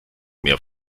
mehr